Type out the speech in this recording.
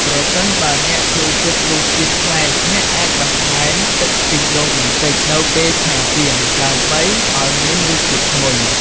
ប្រសិនបើអ្នកចូលចិត្តរសជាតិប្លែក អ្នកអាចបន្ថែមទឹកខ្ទិះដូងបន្តិចនៅពេលឆាសៀង ដើម្បីឱ្យមានរសជាតិឈ្ងុយ។